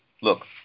look